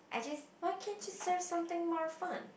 why can't you serve something more fun